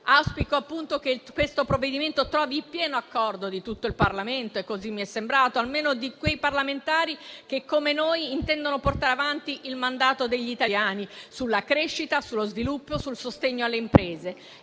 Auspico che questo provvedimento trovi il pieno accordo di tutto il Parlamento e così mi è sembrato, almeno di quei parlamentari che - come noi - intendono portare avanti il mandato degli italiani sulla crescita, sullo sviluppo e sul sostegno alle imprese.